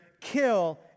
kill